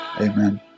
Amen